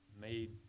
made